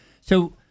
So-